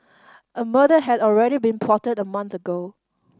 a murder had already been plotted a month ago